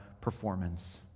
performance